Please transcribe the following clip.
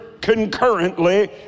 concurrently